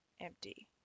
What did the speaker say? empty